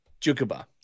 Jukuba